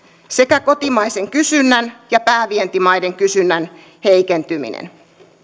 sekä kotimaisen kysynnän ja päävientimaiden kysynnän heikentyminen